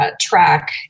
Track